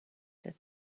that